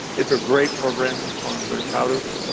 it's a great program. and it's one i'm very proud of.